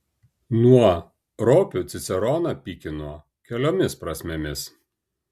nuo ropių ciceroną pykino keliomis prasmėmis